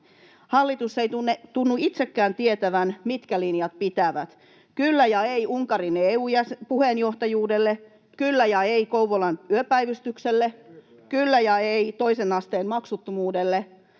Hallitus ei tunnu itsekään tietävän, mitkä linjat pitävät. Kyllä ja ei Unkarin EU-puheenjohtajuudelle, kyllä ja ei Kouvolan yöpäivystykselle, kyllä ja ei toisen asteen maksuttomuudelle